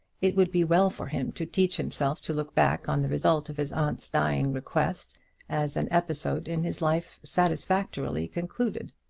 it would be well for him to teach himself to look back on the result of his aunt's dying request as an episode in his life satisfactorily concluded.